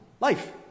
Life